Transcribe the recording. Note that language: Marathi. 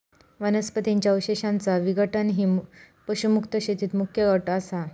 वनस्पतीं च्या अवशेषांचा विघटन ही पशुमुक्त शेतीत मुख्य अट असा